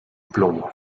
plomo